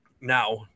now